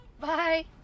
Bye